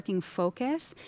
focus